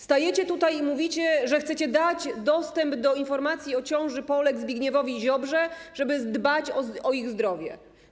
Stajecie tutaj i mówicie, że chcecie dać dostęp do informacji o ciąży Polek Zbigniewowi Ziobrze, żeby dbać o ich zdrowie.